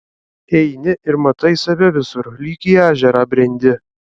eini ir matai save visur lyg į ežerą brendi